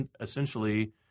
Essentially